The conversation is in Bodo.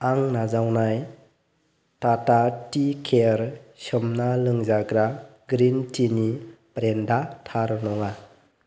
आं नाजावनाय टाटा टि केयार सोमना लोंजाग्रा ग्रिन टिनि ब्रेन्डा थार नङा